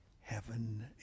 Heaven